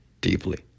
deeply